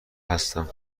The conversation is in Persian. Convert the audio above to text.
هستم